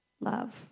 love